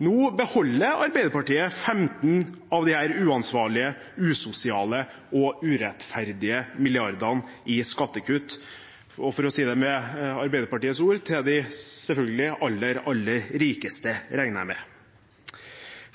Nå beholder Arbeiderpartiet 15 av disse uansvarlige, usosiale og urettferdige milliardene i skattekutt – selvfølgelig, for å si det med Arbeiderpartiets ord – til de aller, aller rikeste, regner jeg med.